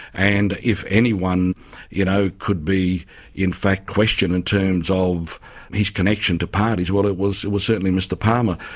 and if anyone you know could be in fact questioned in terms of his connections to parties, well, it was it was certainly mr palmer.